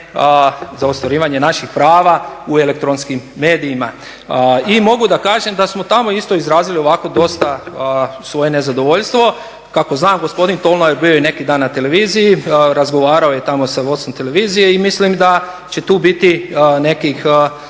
za ostvarivanje naših prava u elektronskim medijima. I mogu da kažem da smo tamo isto izrazili ovako dosta svoje nezadovoljstvo, kako znam, gospodin … je bio i neki dan na televiziji, razgovarao je tamo sa … televizije i mislim da će tu biti nekih